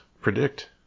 predict